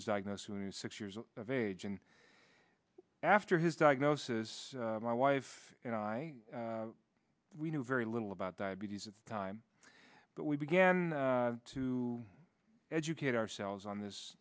was diagnosed soon six years of age and after his diagnosis my wife and i we knew very little about diabetes at the time but we began to educate ourselves on this